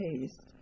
taste